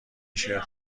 شرت